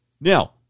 Now